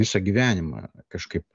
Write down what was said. visą gyvenimą kažkaip